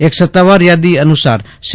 એક સત્તાવાર યાદી અનુસાર સી